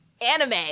anime